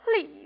Please